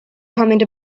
comment